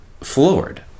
floored